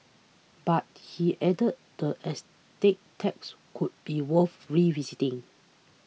but he added that estate tax could be worth revisiting